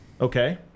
Okay